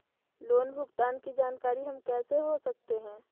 Loan भुगतान की जानकारी हम कैसे हो सकते हैं?